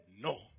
no